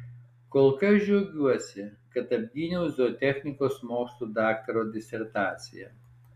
kol kas džiaugiuosi kad apgyniau zootechnikos mokslų daktaro disertaciją